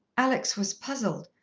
alex was puzzled.